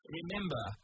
Remember